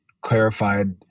clarified